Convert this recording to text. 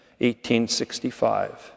1865